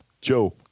Joe